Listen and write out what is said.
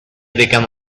become